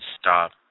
stop